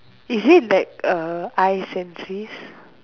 is it like uh ice and freeze